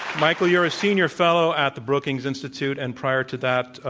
michael, you're a senior fellow at the brookings institute. and prior to that,